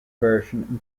version